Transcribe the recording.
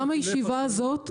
גם הישיבה הזאת,